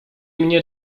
mnie